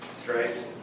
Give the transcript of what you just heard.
stripes